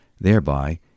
Thereby